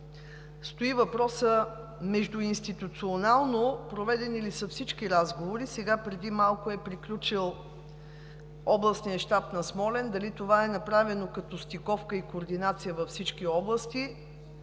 стои въпросът: междуинституционално проведени ли са всички разговори? Преди малко е приключил Областният щаб на Смолян. Дали това е направено като стиковка и координация във всички области?